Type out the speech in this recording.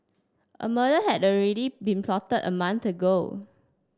a murder had already been plotted a month ago